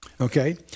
Okay